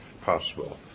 possible